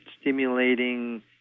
stimulating